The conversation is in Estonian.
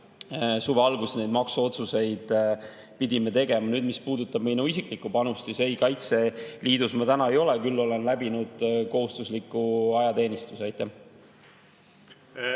suve alguses neid maksuotsuseid pidime tegema. Mis puudutab minu isiklikku panust, siis ei, Kaitseliidus ma ei ole, küll olen läbinud kohustusliku ajateenistuse.